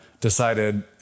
decided